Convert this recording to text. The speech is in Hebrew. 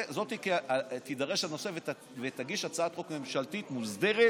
הממשלה תידרש לנושא ותגיש הצעת חוק ממשלתית מוסדרת